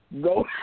Go